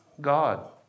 God